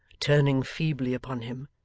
turning feebly upon him.